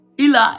Eli